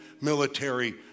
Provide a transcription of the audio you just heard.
military